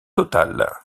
total